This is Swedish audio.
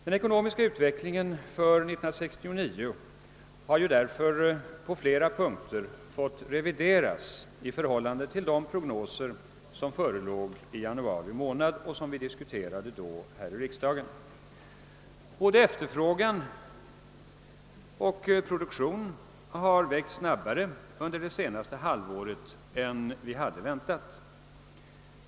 Den ekonomiska utvecklingen för 1969 har därför på flera punkter fått revideras i förhållande till de prognoser som förelåg i januari månad och som vi då diskuterade här i riksdagen. Både efterfrågan och produktion har växt snabbare än vi hade väntat.